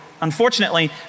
unfortunately